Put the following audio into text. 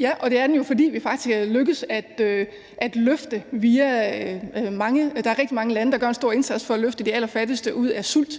Ja, og det er den jo, fordi der faktisk er rigtig mange lande, der gør en stor indsats for at løfte de allerfattigste ud af f.eks. sult.